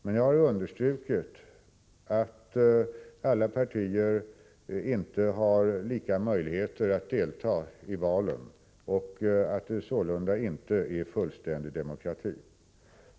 Jag har dock understrukit att inte alla partier har lika möjlighet att delta i valen och att det sålunda inte är fullständig demokrati.